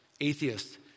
Atheists